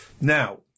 Now